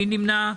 מי נמנע?